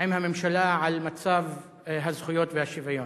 עם הממשלה על מצב הזכויות והשוויון.